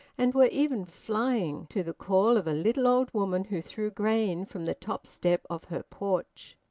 and were even flying, to the call of a little old woman who threw grain from the top step of her porch.